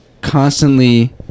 constantly